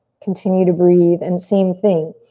continue to breathe and same thing.